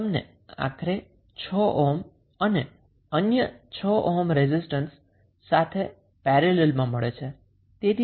તમને આખરે 6 ઓહ્મ અન્ય 6 ઓહ્મ રેઝિસ્ટન્સ સાથે પેરેલલમાં મળે છે